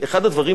לסיום.